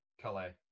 calais